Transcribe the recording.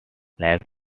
lake